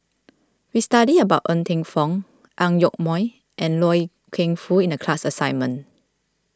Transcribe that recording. we studied about Ng Teng Fong Ang Yoke Mooi and Loy Keng Foo in the class assignment